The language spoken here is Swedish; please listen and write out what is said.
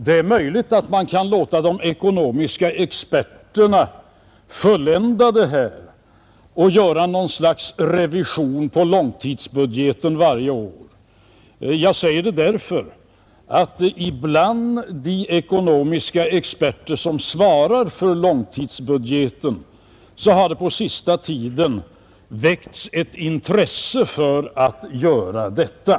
Det är möjligt att man kan låta de ekonomiska ex>erterna fullända detta och göra något slags revision på långtidsbudgeten varje år. Jag säger detta därför att det, bland de ekonomiska experter som svarar för långtidsbudgeten, på senaste tiden har väckts ett intresse för att göra detta.